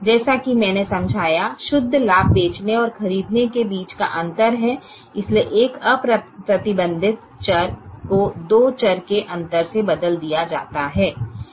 जैसा कि मैंने समझाया शुद्ध लाभ बेचने और खरीदने के बीच का अंतर है इसलिए एक अप्रतिबंधित चर को दो चर के अंतर से बदल दिया जाता है